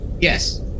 Yes